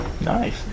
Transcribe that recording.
Nice